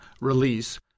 release